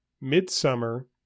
Midsummer